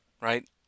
right